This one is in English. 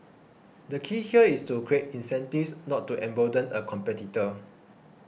the key here is to create incentives not to embolden a competitor